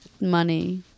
money